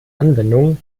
anwendung